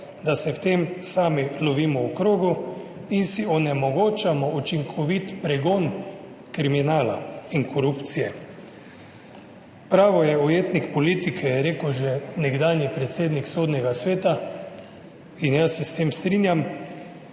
da se v tem sami lovimo v krogu in si onemogočamo učinkovit pregon kriminala in korupcije. Pravo je ujetnik politike, je rekel že nekdanji predsednik Sodnega sveta in jaz se s tem strinjam.